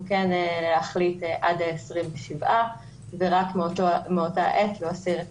כן להחליט עד ה-27 ורק מאותה עת להסיר את